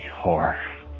whore